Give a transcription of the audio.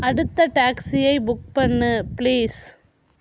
அடுத்த டாக்ஸியை புக் பண்ணு பிளீஸ்